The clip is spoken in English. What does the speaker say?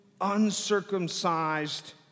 uncircumcised